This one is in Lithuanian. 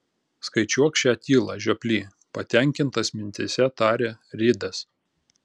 skaičiuok šią tylą žioply patenkintas mintyse tarė ridas